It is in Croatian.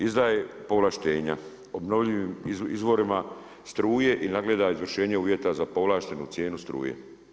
Izdaje povlaštena, obnovljivim izvorima struje i nagleda izvršenje uvjeta za povlašteniju cijenu struje.